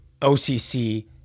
OCC